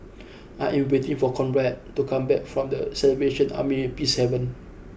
I am waiting for Conrad to come back from The Salvation Army Peacehaven